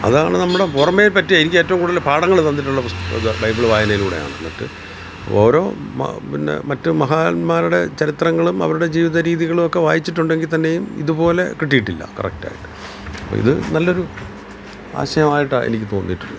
അതാണ് നമ്മുടെ പുറമെ പറ്റിയാൽ എനിക്ക് കൂടുതൽ പാഠങ്ങൾ തന്നിട്ടുള്ള പുസ്ത ഇതു ബൈബിൾ വായനയിലൂടെയാണ് എന്നിട്ട് ഓരോ മ പിന്നെ മറ്റു മഹാന്മാരുടെ ചരിത്രങ്ങളും അവരുടെ ജീവിത രീതികളുമൊക്കെ വായിച്ചിട്ടുണ്ടെങ്കിൽ തന്നെയും ഇതുപോലെ കിട്ടിയിട്ടില്ല കറക്റ്റായിട്ട് ഇതു നല്ലൊരു ആശയമായിട്ടാണ് എനിക്ക് തോന്നിയിട്ടുള്ളത്